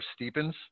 steepens